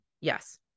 Yes